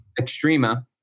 Extrema